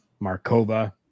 markova